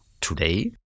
today